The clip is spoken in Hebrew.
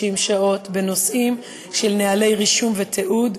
שעות בנושאים של נוהלי רישום ותיעוד,